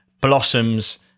Blossoms